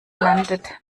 landet